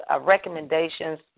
recommendations